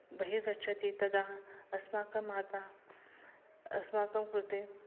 बहिः गच्छति तदा अस्माकं माता अस्माकं कृते